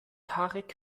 tarek